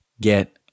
get